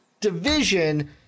Division